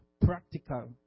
practical